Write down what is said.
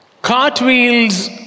Cartwheels